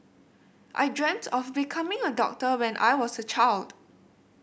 I dreamt of becoming a doctor when I was a child